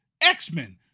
X-Men